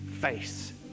face